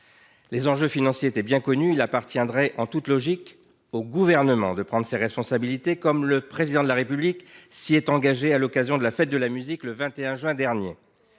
Les enjeux financiers sont donc bien connus depuis longtemps. Il reviendrait, en toute logique, au Gouvernement de prendre ses responsabilités, comme le Président de la République s’y est engagé à l’occasion de la fête de la musique, le 21 juin dernier.